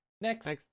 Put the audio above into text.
next